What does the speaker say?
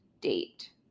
date